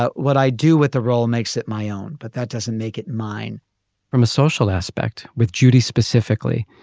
but what i do with the role makes it my own but that doesn't make it mine from a social aspect with judy specifically.